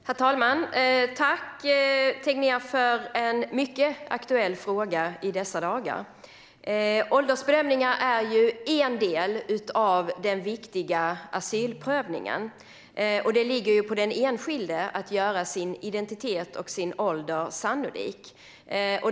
Herr talman! Tack, Mathias Tegnér, för en i dessa dagar mycket aktuell fråga! Åldersbedömningar är en del av den viktiga asylprövningen. Det ligger på den enskilde att göra sin identitet och ålder sannolik.